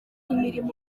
imirimo